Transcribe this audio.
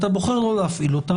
אתה בוחר לא להפעיל אותה,